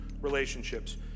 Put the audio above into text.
relationships